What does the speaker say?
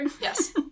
Yes